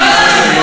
כרגע אתה הריבון.